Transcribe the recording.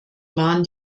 waren